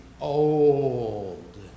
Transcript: old